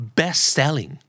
best-selling